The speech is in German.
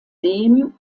dem